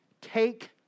take